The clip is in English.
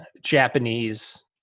Japanese